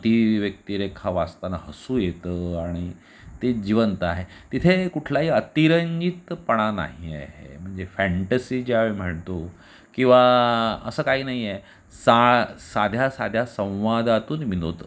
ती व्यक्तिरेखा वाचताना हसू येतं आणि ते जिवंत आहे तिथे कुठलाही अतिरंजितपणा नाही आहे म्हणजे फँटसि ज्याव् म्हणतो किंवा असं काही नाही आहे सा साध्या साध्या संवादातून विनोद